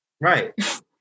Right